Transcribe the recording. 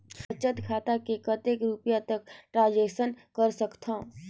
बचत खाता ले कतेक रुपिया तक ट्रांजेक्शन कर सकथव?